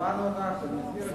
חברת הכנסת זוארץ, שמענו אותך.